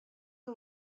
que